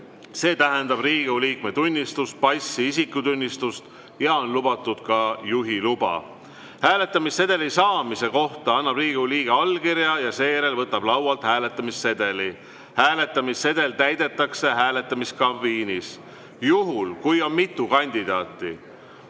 see tähendab Riigikogu liikme tunnistust, passi või isikutunnistust, lubatud on ka juhiluba. Hääletamissedeli saamise kohta annab Riigikogu liige allkirja ja seejärel võtab laualt hääletamissedeli. Hääletamissedel täidetakse hääletamiskabiinis. Juhul kui on mitu kandidaati